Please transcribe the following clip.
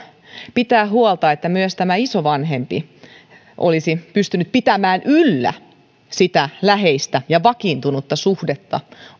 pitää huolta siitä että myös isovanhempi olisi pystynyt pitämään yllä läheistä ja vakiintunutta suhdetta